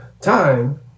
time